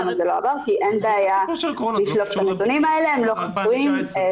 כי אין בעיה לשלוף את הנתונים האלה, הם לא חסויים.